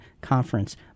conference